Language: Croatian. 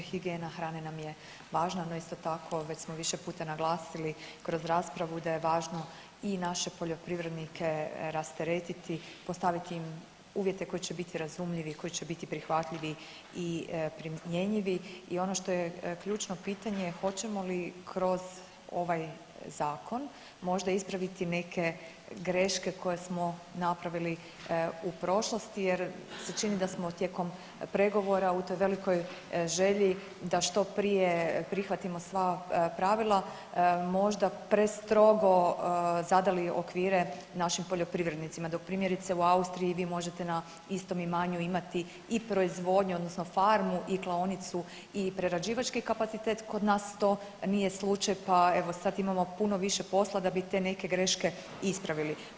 Higijena hrane nam je važna, no, isto tako, već smo više puta naglasili kroz raspravu da je važno i naše poljoprivrednike rasteretiti, postaviti im uvjete koji će biti razumljivi, koji će biti prihvatljivi i primjenjivi i ono što je ključno pitanje je hoćemo li kroz ovaj Zakon možda ispraviti neke greške koje smo napravili u prošlosti jer mi se čini da smo tijekom pregovora u toj velikoj želji da što prije prihvatimo sva pravila možda prestrogo zadali okvire našim poljoprivrednicima, dok primjerice, u Austriji vi možete na istom imanju imati i proizvodnju odnosno farmu i klaonicu i prerađivački kapacitet, kod nas to nije slučaj pa evo sad imamo puno više posla da bi te neke greške ispravili.